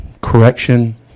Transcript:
Correction